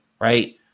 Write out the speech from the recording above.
right